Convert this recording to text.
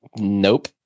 nope